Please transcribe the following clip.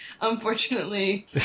Unfortunately